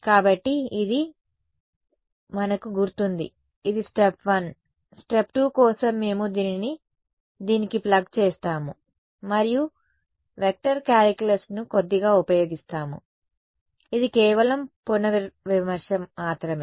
కాబట్టి ఇది మనకు గుర్తుంది ఇది స్టెప్ 1 స్టెప్ 2 కోసం మేము దీనిని దీనికి ప్లగ్ చేస్తాము మరియు వెక్టర్ కాలిక్యులస్ను కొద్దిగా ఉపయోగిస్తాము ఇది కేవలం పునర్విమర్శ మాత్రమే